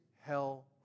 hell